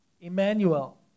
Emmanuel